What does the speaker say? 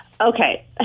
Okay